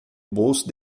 bolso